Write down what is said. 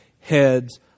Heads